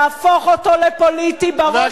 להפוך אותו לפוליטי בראש שלכם,